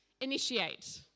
initiate